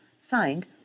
Signed